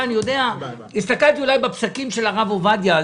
הסתכלתי בפסקים של הרב עובדיה,